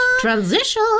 Transition